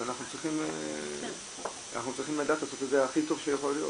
אז אנחנו צריכים לדעת לעשות את זה הכי טוב שיכול להיות.